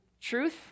truth